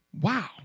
Wow